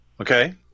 Okay